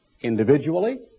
individually